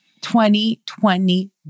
2021